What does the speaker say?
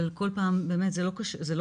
אבל כל פעם באמת זה לא קל,